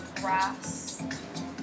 grass